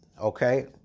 okay